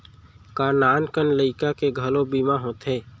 का नान कन लइका के घलो बीमा होथे?